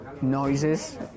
noises